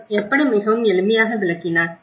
அவர் எப்படி மிகவும் எளிமையாக விளக்கினார்